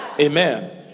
Amen